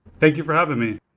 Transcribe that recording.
thank you for having me.